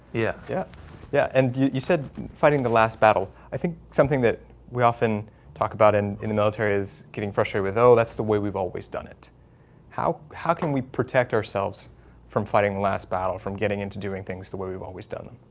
yeah. yeah yeah, and you said fighting the last battle? i think something that we often talk about in in the military is getting frustrated though that's the way we've always done it how how can we protect ourselves from fighting the last battle from getting into doing things to where we've always done